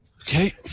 Okay